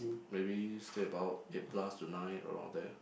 maybe stay about eight plus to nine around there